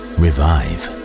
revive